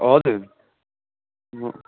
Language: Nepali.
हजुर